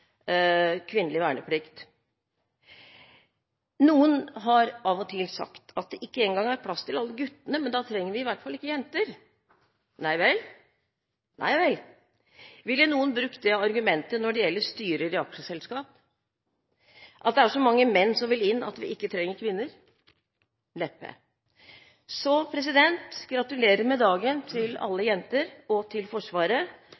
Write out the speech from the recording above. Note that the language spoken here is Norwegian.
kvinnelig verneplikt. Noen har av og til sagt at det ikke engang er plass til alle guttene, og da trenger vi i hvert fall ikke jenter. Nei vel, nei vel. Ville noen brukt det argumentet når det gjelder styrer i aksjeselskap, at det er så mange menn som vil inn at vi ikke trenger kvinner? Neppe. Så gratulerer med dagen til alle jenter og til Forsvaret,